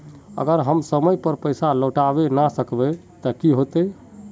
अगर हम समय पर पैसा लौटावे ना सकबे ते की होते?